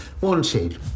Wanted